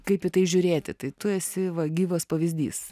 kaip į tai žiūrėti tai tu esi gyvas pavyzdys